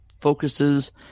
focuses